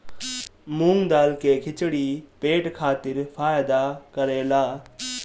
मूंग दाल के खिचड़ी पेट खातिर फायदा करेला